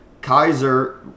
Kaiser